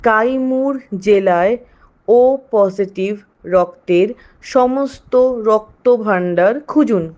কাইমুর জেলায় O positive রক্তের সমস্ত রক্ত ভাণ্ডার খুঁজুন